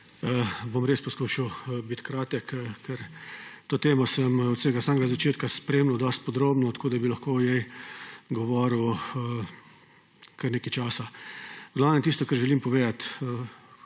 Bom res poskušal biti kratek, ker to temo sem od samega začetka spremljal dosti podrobno, tako da bi lahko govoril kar nekaj časa. V glavnem, tisto, kar želim povedati,